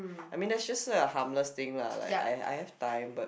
I mean that's just a harmless thing lah like I I have time but